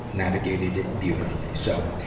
navigated it beautifully. so,